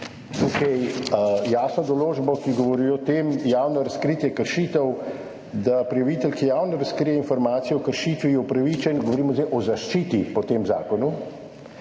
tukaj jasno določbo, ki govori o tem, javnih razkritjih kršitev, da je prijavitelj, ki javno razkrije informacijo o kršitvi, upravičen – zdaj govorimo o zaščiti po tem zakonu